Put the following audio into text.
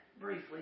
briefly